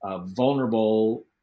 vulnerable